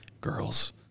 girls